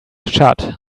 shut